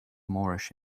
moorish